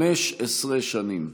הצעות לסדר-היום מס'